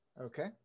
Okay